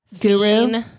guru